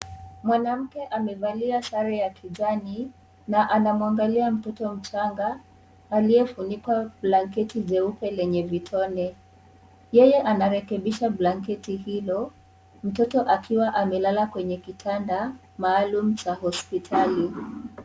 Mwanamke amevalia sare ya kijani na anamwangalia mtoto mchanga aliyefunikwa blanketi jeupe lenye vitone. Yeye anarekebisha blanketi hilo mtoto akiwa amelalal kwenye kitanda maalum cha hospitali.